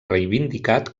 reivindicat